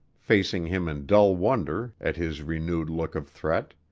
facing him in dull wonder at his renewed look of threat.